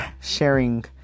sharing